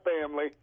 family